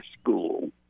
school